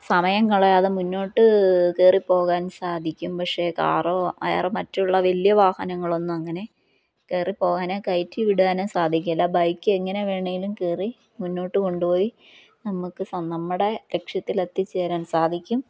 സമയം കളയാതെ മുന്നോട്ട് കയറിപ്പോകാൻ സാധിക്കും പക്ഷേ കാറോ മറ്റുള്ള വലിയ വാഹനങ്ങളൊന്നും അങ്ങനെ കയറി പോകാനെ കയറ്റി വിടാനോ സാധിക്കില്ല ബൈക്ക് എങ്ങനെ വേണമെങ്കിലും കയറി മുന്നോട്ട് കൊണ്ടുപോയി നമുക്ക് നമ്മുടെ ലക്ഷ്യത്തിലെത്തിച്ചേരാൻ സാധിക്കും